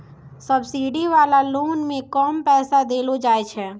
subsidy वाला loan मे कम पैसा देलो जाय छै